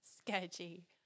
Sketchy